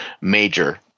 major